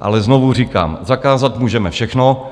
Ale znovu říkám, zakázat můžeme všechno,